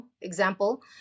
example